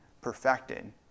perfected